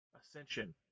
ascension